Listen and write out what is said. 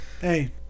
Hey